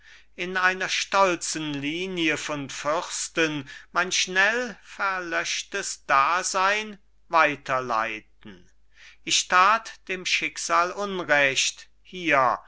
in einer stolzen linie von fürsten mein schnell verlöschtes dasein weiter leiten ich tat dem schicksal unrecht hier